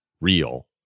real